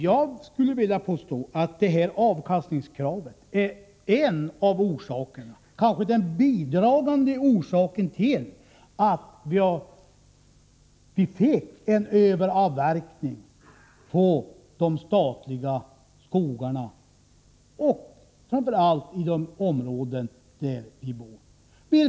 Jag skulle vilja påstå att avkastningskravet är en bidragande orsak — kanske den främsta orsaken — till att vi fick överavverkning på de statliga skogarna, framför allt i de områden där vi båda bor.